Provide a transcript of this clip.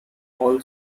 all